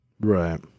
Right